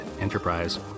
enterprise